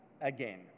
again